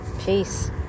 Peace